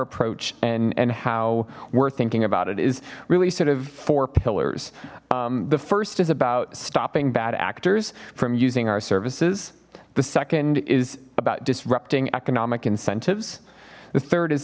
approach and and how we're thinking about it is really sort of four pillars the first is about stopping bad actors from using our services the second is about disrupting economic incentives the third is